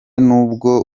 nubwo